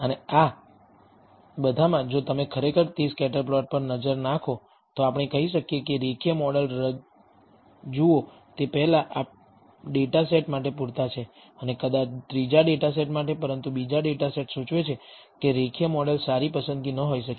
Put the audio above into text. અને આ બધામાં જો તમે ખરેખર તે સ્કેટર પ્લોટ પર નજર નાખો તો આપણે કહી શકીએ કે રેખીય મોડેલ જુઓ તે પહેલા ડેટા સેટ માટે પૂરતા છે અને કદાચ ત્રીજા ડેટા સેટ માટે પરંતુ બીજો ડેટા સેટ સૂચવે છે કે રેખીય મોડેલ સારી પસંદગી ન હોઈ શકે